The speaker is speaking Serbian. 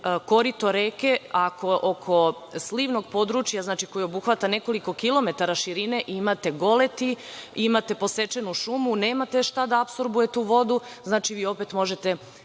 korito reke, ako oko slivnog područja koje obuhvata nekoliko kilometara širine i imate goleti, imate posečenu šumu, nemate šta da apsorbujete u vodu, vi opet možete